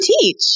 teach